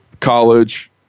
college